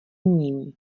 ním